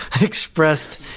expressed